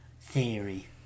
theory